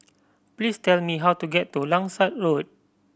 please tell me how to get to Langsat Road